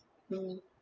mm